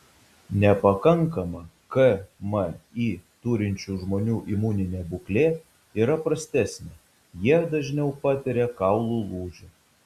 nepakankamą kmi turinčių žmonių imuninė būklė yra prastesnė jie dažniau patiria kaulų lūžių